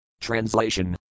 Translation